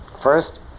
First